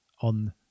on